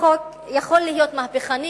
החוק לתכנון ובנייה יכול להיות מהפכני,